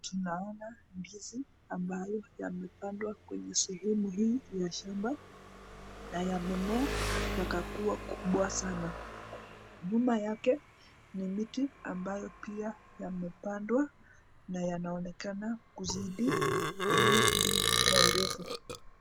Tunaona ndizi ambayo yamepandwa kwenye sehemu hii ya shamba na yamemea yakakuwa kubwa sana, Nyuma yake ni miti ambayo pia yamepandwa na yanaonekana kuzidi ii ndizi kwa urefu.